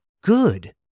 good